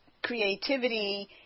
creativity